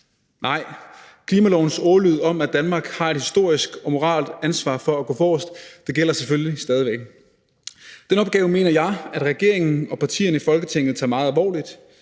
Nej, klimalovens ordlyd om, at Danmark har et historisk og moralsk ansvar for at gå forrest, gælder selvfølgelig stadig væk. Den opgave mener jeg at regeringen og partierne i Folketinget tager meget alvorligt.